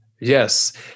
Yes